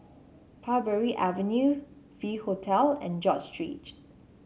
Parbury Avenue V Hotel and George